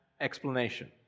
explanation